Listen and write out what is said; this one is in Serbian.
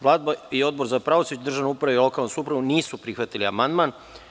Vlada i Odbor za pravosuđe, državnu upravu i lokalnu samoupravu nisu prihvatili amandman.